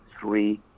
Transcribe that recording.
three